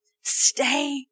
stay